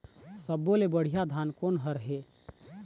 सब्बो ले बढ़िया धान कोन हर हे?